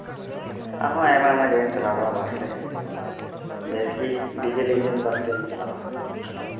ᱟᱨᱦᱚᱸ ᱟᱭᱢᱟ ᱟᱭᱢᱟ ᱡᱟᱭᱜᱟᱧ ᱪᱟᱞᱟᱣ ᱠᱟᱱᱟ ᱵᱟᱥᱛᱮ ᱵᱮᱥᱛᱮ ᱰᱤᱡᱮᱞ ᱤᱧᱡᱤᱱ ᱵᱟᱥ ᱛᱮᱜᱤᱧ ᱪᱟᱞᱟᱣᱼᱟ